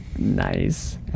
Nice